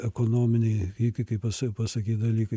ekonominiai dalykai kai pas pasakyt dalykai